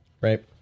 right